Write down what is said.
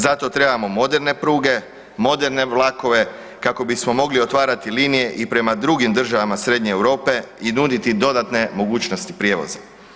Zato trebamo moderne pruge, moderne vlakove kako bismo mogli otvarati linije i prema drugim državama srednje Europe i nuditi dodatne mogućnosti prijevoza.